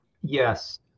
Yes